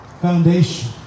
foundation